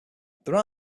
there